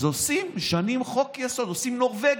אז משנים חוק-יסוד, עושים חוק נורבגי,